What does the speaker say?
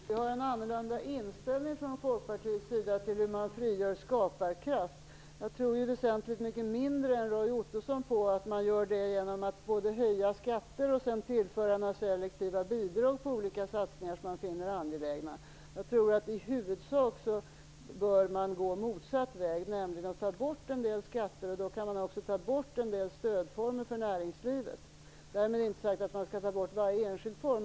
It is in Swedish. Fru talman! Vi har en annorlunda inställning från Folkpartiets sida till hur man frigör skaparkraft. Jag tror väsentligt mycket mindre än Roy Ottosson på att man gör det genom att höja skatter och sedan tillföra selektiva bidrag på olika satsningar som man finner angelägna. Jag tror att man i huvudsak bör gå motsatt väg, nämligen att ta bort en del skatter. Då kan man också ta bort en del stödformer för näringslivet. Därmed inte sagt att man skall ta bort varje enskild form.